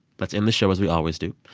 let's end this show as we always do.